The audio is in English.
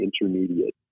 intermediate